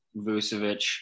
Vucevic